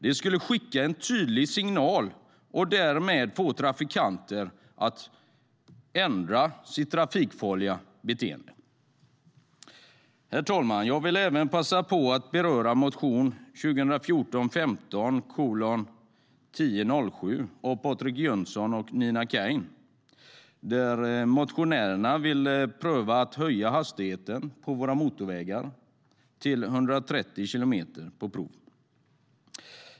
Det skulle skicka en tydlig signal och därmed få trafikanter att ändra sitt trafikfarliga beteende. Herr talman! Jag vill även passa på att beröra motion 2014/15:1007 av Patrik Jönsson och Nina Kain. Motionärerna vill pröva att höja hastigheten på våra motorvägar till 130 kilometer i timmen.